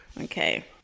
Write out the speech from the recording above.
okay